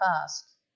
past